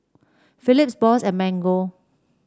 Phillips Bose and Mango